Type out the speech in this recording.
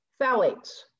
phthalates